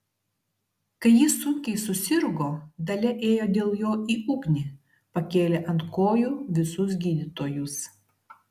kai jis sunkiai susirgo dalia ėjo dėl jo į ugnį pakėlė ant kojų visus gydytojus